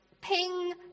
Ping